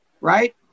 right